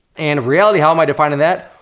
and reality, how am i defining that?